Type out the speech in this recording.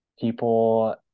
People